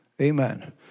Amen